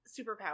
superpower